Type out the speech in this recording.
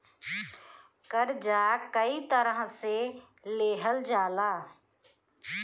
कर्जा कई तरह से लेहल जाला